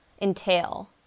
entail